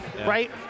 Right